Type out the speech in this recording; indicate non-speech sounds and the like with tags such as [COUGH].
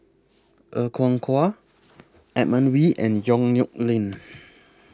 Er Kwong Wah [NOISE] Edmund Wee and Yong Nyuk Lin [NOISE]